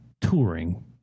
touring